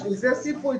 בשביל זה הוסיפו את